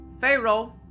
Pharaoh